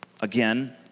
again